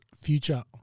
future